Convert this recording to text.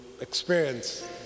experience